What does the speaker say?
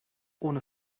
ohne